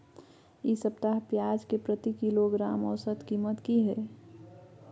इ सप्ताह पियाज के प्रति किलोग्राम औसत कीमत की हय?